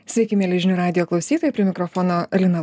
sveiki mieli žinių radijo klausytojai prie mikrofono lina